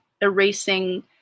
erasing